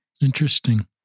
Interesting